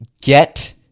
get